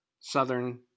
Southern